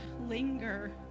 linger